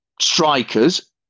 strikers